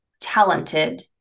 talented